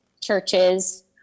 churches